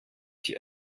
die